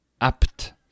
apt